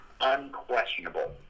unquestionable